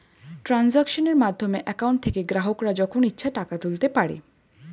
ট্রানজাক্শনের মাধ্যমে অ্যাকাউন্ট থেকে গ্রাহকরা যখন ইচ্ছে টাকা তুলতে পারে